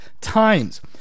times